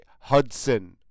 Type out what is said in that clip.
Hudson